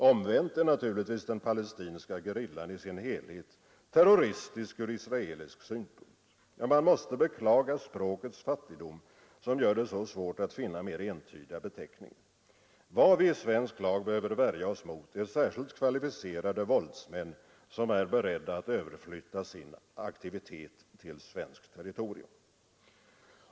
Omvänt är naturligtvis den palestinska gerillan i sin helhet terroristisk ur israelisk synpunkt. Ja, man måste beklaga språkets fattigdom som gör det så svårt att finna mer entydiga beteckningar. Vad vi i svensk lag behöver värja oss mot är särskilt kvalificerade våldsmän som är beredda att överflytta sin aktivitet till svenskt territorium.